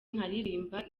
nkaririmba